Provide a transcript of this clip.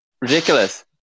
ridiculous